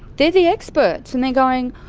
they're the experts, and they're going,